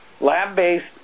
lab-based